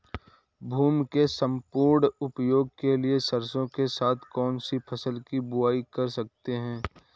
भूमि के सम्पूर्ण उपयोग के लिए सरसो के साथ कौन सी फसल की बुआई कर सकते हैं?